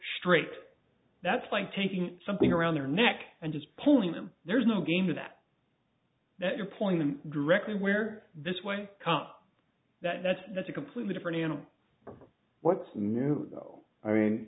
straight that's like taking something around their neck and just pulling them there's no game of that that you're pointing directly where this way that that's that's a completely different animal what's new though i mean